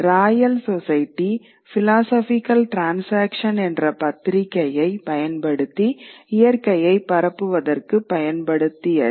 Royal Society Philosophical transaction என்ற பத்திரிகையை பயன்படுத்தி இயற்கையைப் பரப்புவதற்குப் பயன்படுத்தியது